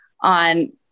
on